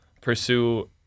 pursue